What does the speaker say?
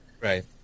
right